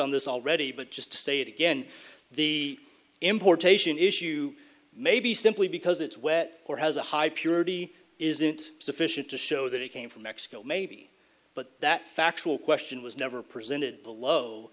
on this already but just to say it again the importation issue may be simply because it's wet or has a high purity isn't sufficient to show that it came from mexico maybe but that factual question was never presented below